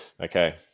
Okay